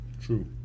true